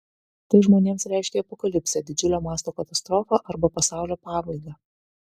tai žmonėms reiškia apokalipsę didžiulio mąsto katastrofą arba pasaulio pabaigą